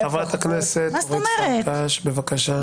חברת הכנסת אורית פרקש, בבקשה.